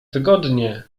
wygodnie